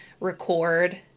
record